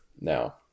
now